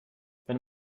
wenn